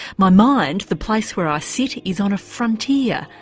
my mind, the place where i sit, is on a frontier,